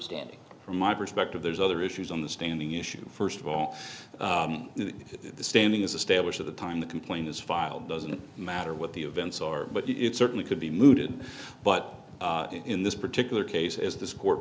standing from my perspective there's other issues on the standing issue first of all the standing as established at the time the complaint is filed doesn't matter what the events are but it certainly could be mooted but in this particular case is this court